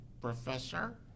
Professor